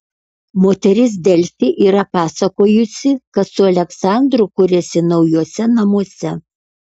moteris delfi yra pasakojusi kad su aleksandru kuriasi naujuose namuose